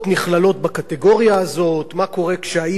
מה קורה כשהאמא היא מעדה אחת והאבא הוא מעדה אחרת.